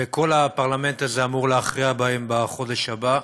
וכל הפרלמנט הזה אמור להכריע בהם בחודש הבא,